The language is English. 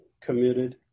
committed